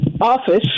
office